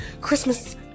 Christmas